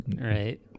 right